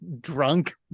drunk